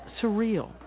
surreal